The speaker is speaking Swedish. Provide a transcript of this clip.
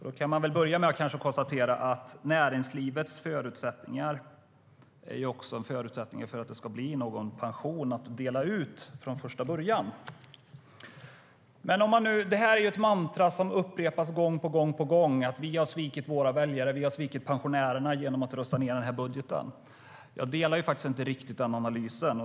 Jag kan börja med att konstatera att näringslivets förutsättningar är också en förutsättning för att det ska bli någon pension att dela ut från första början. Det är ett mantra som upprepas gång på gång att vi har svikit våra väljare, att vi har svikit pensionärerna genom att rösta ned den här budgeten. Jag delar inte riktigt den analysen.